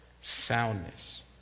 soundness